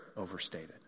overstated